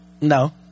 no